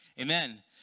Amen